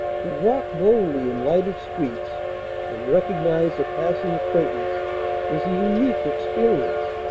to walk boldly in lighted streets and recognise a passing acquaintance is a unique experience,